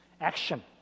action